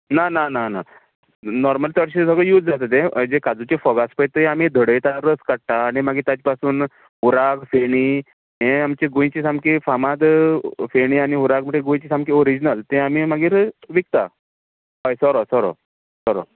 ना ना ना ना नोर्मली चडशें सगळें यूज जाता तें हें जे काजूचे फोग आसता पळय ते आमी धडयता रोस काडटा आनी मागीर ताचे पासून हुर्राक फेणी हें आमचें गोंयचें सामकें फामाद फेणी आनी हुर्राक म्हणचे गोंयचें सामकें ओरिजनल तें आमी मागीर विकतात हय सोरो सोरो सोरो